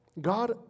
God